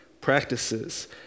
practices